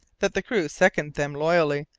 that the crew seconded them loyally,